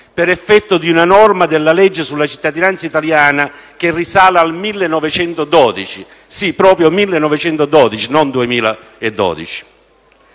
per effetto di una norma della legge sulla cittadinanza italiana che risale al 1912; sì, proprio 1912, non 2012.